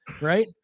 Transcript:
right